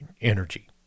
energy